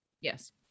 yes